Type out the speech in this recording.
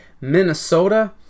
Minnesota